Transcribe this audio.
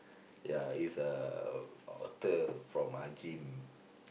ya he's a author from